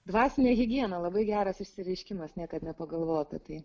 dvasinė higiena labai geras išsireiškimas niekad nepagalvojau apie tai